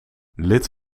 lid